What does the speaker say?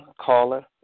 caller